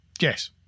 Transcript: yes